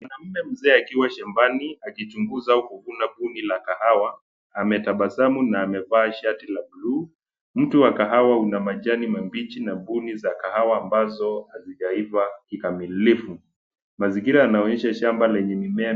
Mwanaume mzee akiwa shambani akichunguza au kuvuna kundi la kahawa na tabasamu amevaa shati la buluu. Mti wa kahawa una majani mabichi na buni za kahawa ambazo hazijaiva kikamilifu. Mazingira yanaonyesha shamba lenye mimea